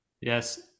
Yes